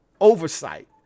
Oversight